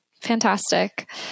Fantastic